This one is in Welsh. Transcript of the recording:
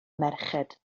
merched